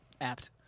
Apt